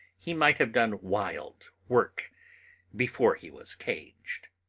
he might have done wild work before he was caged.